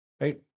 right